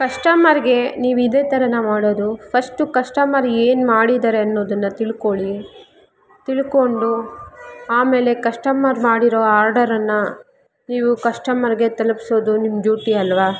ಕಸ್ಟಮರ್ಗೆ ನೀವು ಇದೇ ಥರನಾ ಮಾಡೋದು ಫಸ್ಟು ಕಸ್ಟಮರ್ ಏನು ಮಾಡಿದಾರೆ ಅನ್ನೋದನ್ನ ತಿಳ್ಕೊಳಿ ತಿಳ್ಕೊಂಡು ಆಮೇಲೆ ಕಸ್ಟಮರ್ ಮಾಡಿರುವ ಆರ್ಡರನ್ನು ನೀವು ಕಸ್ಟಮರ್ಗೆ ತಲುಪ್ಸೋದು ನಿಮ್ಮ ಡ್ಯೂಟಿ ಅಲ್ವಾ